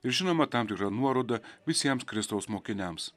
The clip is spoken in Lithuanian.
ir žinoma tam tikra nuoroda visiems kristaus mokiniams